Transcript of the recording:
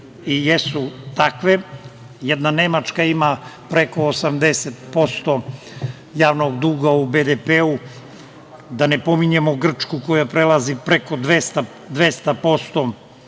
i jesu takve. Jedna Nemačka ima preko 80% javnog duga u BDP-u, da ne pominjemo Grčku koja prelazi preko 200%,